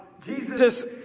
Jesus